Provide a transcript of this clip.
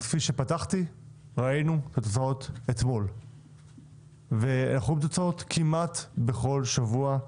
את התוצאות ראינו אתמול ואלה תוצאות שקורות כמעט בכל שבוע.